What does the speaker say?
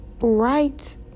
right